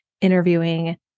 interviewing